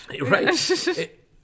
Right